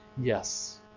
Yes